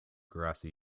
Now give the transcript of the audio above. grassy